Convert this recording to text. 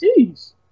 Jeez